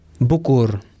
bukur